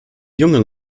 junge